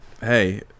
hey